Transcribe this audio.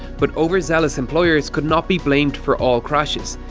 but overzealous employers could not be blamed for all crashes,